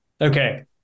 Okay